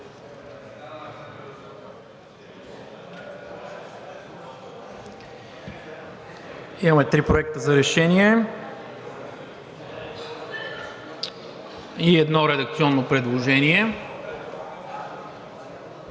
Имаме три проекта за решение и едно редакционно предложение.